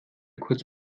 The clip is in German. kurz